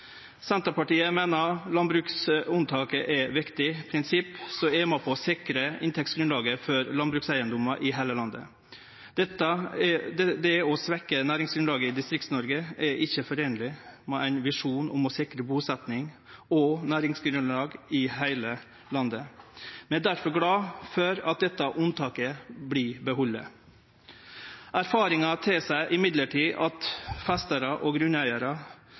Senterpartiet meiner landbruksunntaket er eit viktig prinsipp som er med på å sikre inntektsgrunnlaget for landbrukseigedomar i heile landet. Det å svekkje næringsgrunnlaget i Distrikts-Noreg samsvarar ikkje med ein visjon om å sikre busetjing og næringsgrunnlag i heile landet. Vi er difor glade for at dette unntaket blir behalde. Erfaringar tilseier likevel at festarar og